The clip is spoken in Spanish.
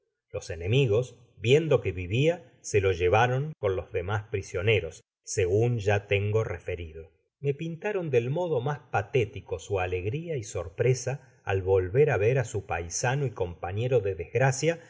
los enemigos viendo que vivia se lo llevaron con los demas prisioneros segun ya tengo referido content from google book search generated at me pintaron del modo mas patético su alegria y sorpresa al volver á ver á su paisano y compañero de desgracia